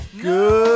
Good